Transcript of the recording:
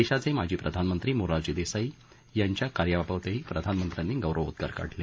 देशाचे माजी प्रधानमंत्री मोरारजी देसाई यांच्या कार्याबाबतही प्रधानमंत्र्यांनी गौरवोद्गार काढले